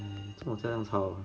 做么这样吵 ah